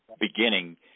beginning